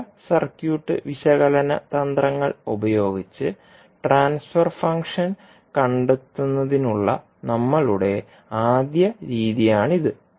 വിവിധ സർക്യൂട്ട് വിശകലന തന്ത്രങ്ങൾ ഉപയോഗിച്ച് ട്രാൻസ്ഫർ ഫംഗ്ഷൻ കണ്ടെത്തുന്നതിനുള്ള നമ്മളുടെ ആദ്യ രീതിയാണിത്